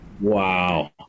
Wow